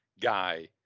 guy